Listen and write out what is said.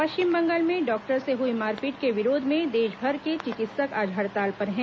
पश्चिम बंगाल में डॉक्टर से हुई मारपीट के विरोध में देशभर के चिकित्सक आज हड़ताल पर हैं